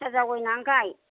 खासिया जावैनानै गाय